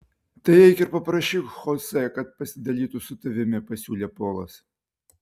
tai eik ir paprašyk chosė kad pasidalytų su tavimi pasiūlė polas